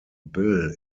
bill